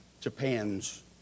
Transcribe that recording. Japan's